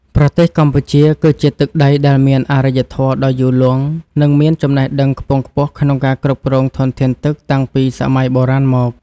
ប្រទេសកម្ពុជា គឺជាទឹកដីដែលមានអរិយធម៌ដ៏យូរលង់ និងមានចំណេះដឹងខ្ពង់ខ្ពស់ក្នុងការគ្រប់គ្រងធនធានទឹកតាំងពីសម័យបុរាណមក។